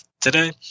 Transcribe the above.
today